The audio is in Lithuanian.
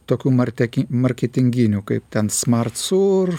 tokių marteki marketinginių kaip ten smart sur